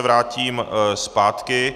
Vrátím se zpátky.